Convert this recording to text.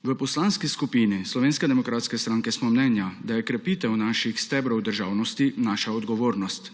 V Poslanski skupini Slovenske demokratske stranke smo mnenja, da je krepitev naših stebrov državnosti naša odgovornost,